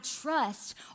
trust